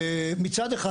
מצד אחד,